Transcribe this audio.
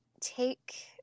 take